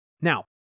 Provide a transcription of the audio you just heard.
Now